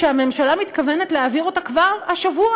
שהממשלה מתכוונת להעביר אותה כבר השבוע,